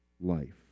life